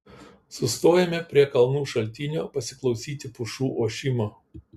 sustojome prie kalnų šaltinio pasiklausyti pušų ošimo